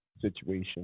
situation